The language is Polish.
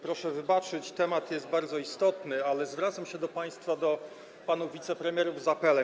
Proszę wybaczyć, temat jest bardzo istotny, ale zwracam się do państwa, do panów wicepremierów z apelem.